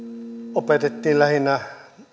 opetettiin lähinnä